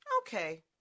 okay